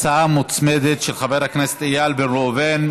יש הצעה מוצמדת, של חבר הכנסת איל בן ראובן.